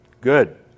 Good